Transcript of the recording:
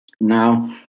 Now